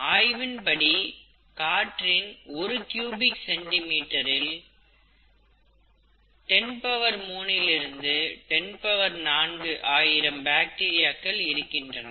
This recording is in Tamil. ஆய்வின்படி காற்றின் ஒரு கியூபிக் சென்டி மீட்டரில் 10³ விலிருந்து 10⁴ ஆயிரம் பாக்டீரியாக்கள் இருக்கின்றன